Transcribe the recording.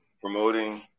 promoting